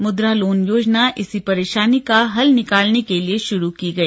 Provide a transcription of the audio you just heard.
मुद्रा लोन योजना इसी परेशानी का हल निकालने के लिए शुरू की गई